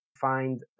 find